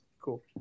cool